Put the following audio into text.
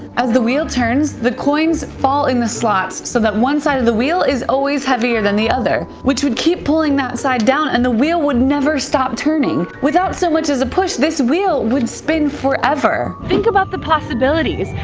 as the wheel turns, the coins fall in the slots so that one side of the wheel is always heavier than the other, which would keep pulling that side down, and the wheel would never stop turning. without so much as a push, this wheel would spin forever. think about the possibilities.